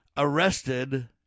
arrested